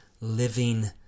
living